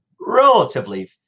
relatively